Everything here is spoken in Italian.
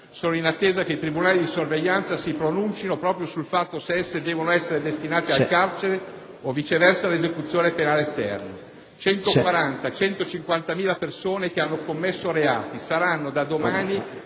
sono in attesa che i tribunali di sorveglianza si pronuncino proprio sul fatto se esse devono essere destinati al carcere o, viceversa, all'Esecuzione penale esterna. Circa 140.000-150.000 persone che hanno commesso reati saranno da domani